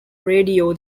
radio